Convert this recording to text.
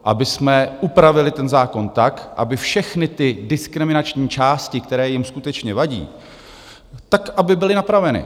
Abychom upravili ten zákon tak, aby všechny ty diskriminační části, které jim skutečně vadí, aby byly napraveny?